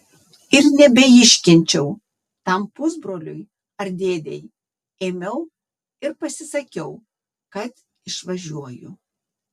ir nebeiškenčiau tam pusbroliui ar dėdei ėmiau ir pasisakiau kad išvažiuoju